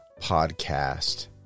Podcast